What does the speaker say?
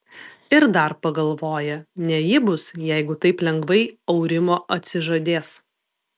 ir dar pagalvoja ne ji bus jeigu taip lengvai aurimo atsižadės